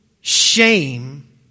shame